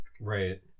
Right